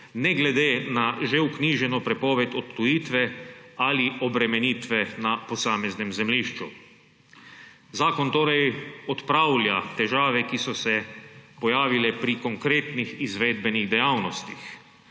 ne glede na že vknjiženo prepoved odtujitve ali obremenitve na posameznem zemljišču. Zakon torej odpravlja težave, ki so se pojavile pri konkretnih izvedbenih dejavnostih.